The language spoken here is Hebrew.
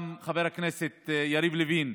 גם חבר הכנסת יריב לוין,